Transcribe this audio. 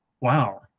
wow